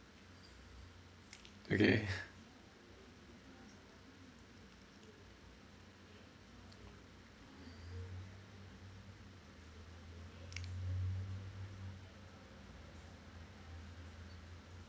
okay